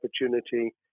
opportunity